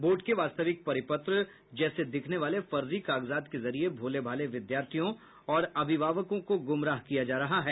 board के वास्तविक परिपत्र जैसे दिखने वाले फर्जी कागजात के जरिए भोले भाले विद्यार्थियों और अभिभावकों को गुमराह किया जा रहा है